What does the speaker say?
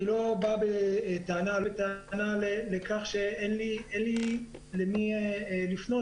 אני לא בא בטענה לכך שאין לי אל מי לפנות